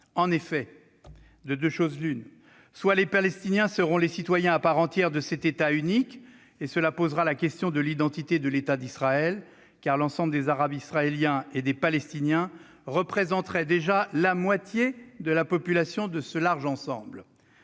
En effet, de deux choses l'une : soit les Palestiniens seront des citoyens à part entière de cet État unique, et cela posera la question de l'identité de l'État d'Israël, car l'ensemble des Arabes israéliens et des Palestiniens représenteraient déjà la moitié de la population de ce large ensemble